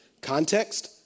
Context